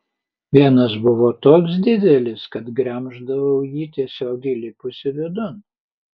vienas buvo toks didelis kad gremždavau jį tiesiog įlipusi vidun